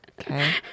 Okay